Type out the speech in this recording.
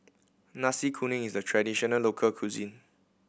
Nasi Kuning is a traditional local cuisine